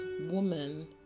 woman